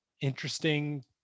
interesting